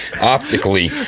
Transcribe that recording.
Optically